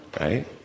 right